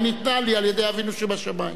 היא ניתנה לי על-ידי אבינו שבשמים.